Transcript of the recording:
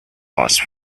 last